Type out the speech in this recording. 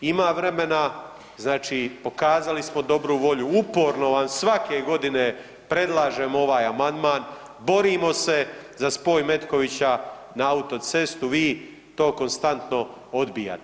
Ima vremena, znači pokazali smo dobru volju, uporno vam svake godine predlažemo ovaj amandman, borimo se za spoj Metkovića na autocestu, vi to konstantno odbijate.